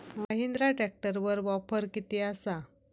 महिंद्रा ट्रॅकटरवर ऑफर किती आसा?